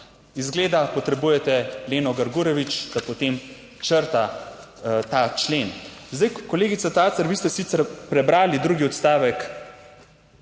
Izgleda potrebujete Leno Grgurevič, da potem črta ta člen. Kolegica Tavčar, vi ste sicer prebrali drugi odstavek